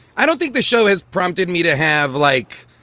i don't think the show has prompted me to have, like,